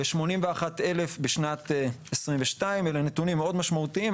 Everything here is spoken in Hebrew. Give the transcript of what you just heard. ו-81 אלף בשנת 2022. אלה נתונים מאוד משמעותיים.